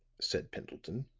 said pendleton.